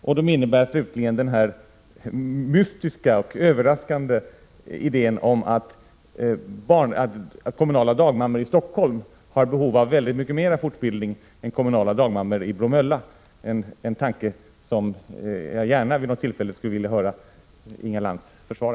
Era förslag innehåller slutligen den mystiska och överraskande idén att kommunala dagmammor i Stockholm har behov av väldigt mycket mer fortbildning än kommunala dagmammor i Bromölla, en tanke som jag gärna vid något tillfälle skulle vilja höra Inga Lantz försvara.